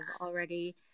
already